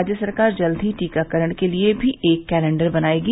राज्य सरकार जल्द ही टीकाकरण के लिए भी एक कैलेंडर बनाएगी